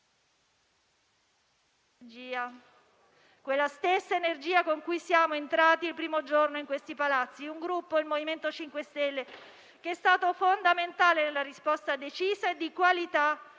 Quella stessa energia con cui siamo entrati il primo giorno in questi palazzi. Un Gruppo, il MoVimento 5 Stelle, che è stato fondamentale nella risposta decisa e di qualità